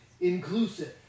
inclusive